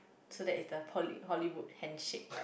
so that is the Hollywood handshake